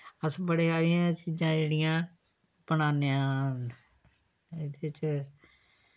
अस बड़े हारियां चीजां जेह्ड़ियां बनाने आं एह्दे च